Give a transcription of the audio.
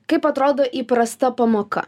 kaip atrodo įprasta pamoka